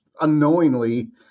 unknowingly